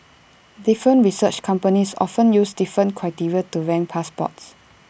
different research companies often use different criteria to rank passports